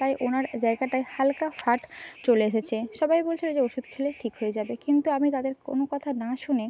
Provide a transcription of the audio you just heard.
তাই ওনার জায়গাটায় হালকা ফাট চলে এসেছে সবাই বলছিলো যে ওষুধ খেলেই ঠিক হয়ে যাবে কিন্তু আমি তাদের কোনও কথা না শুনে